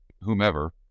whomever